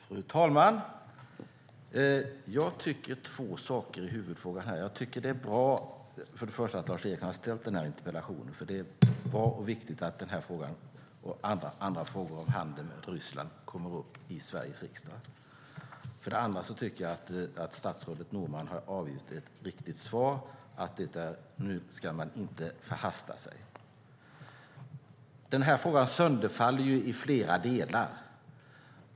Fru talman! Jag tycker två saker i huvudfrågan. För det första är det bra att Lars Eriksson har ställt interpellationen. Det är bra och viktigt att denna fråga och andra frågor om handel med Ryssland kommer upp i Sveriges riksdag. För det andra har statsrådet Norman avgivit ett riktigt svar att man nu inte ska förhasta sig. Frågan sönderfaller i flera delar.